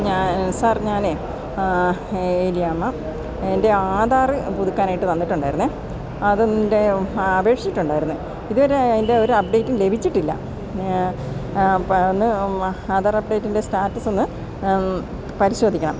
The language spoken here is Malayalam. ഞാ സാർ ഞാനേ ഏലിയാമ്മ എൻ്റെ ആധാര് പുതുക്കാനായിട്ട് വന്നിട്ടുണ്ടായിരുന്നെ അതിൻ്റെ അപേക്ഷിച്ചിട്ടുണ്ടായിരുന്നെ ഇതുവരെ അതിൻ്റെ ഒരപ്ഡേറ്റും ലഭിച്ചിട്ടില്ല അപ്പൊന്ന് ആധാർ അപ്ഡേറ്റിൻ്റെ സ്റ്റാറ്റസൊന്ന് പരിശോധിക്കണം